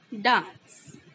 dance